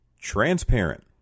transparent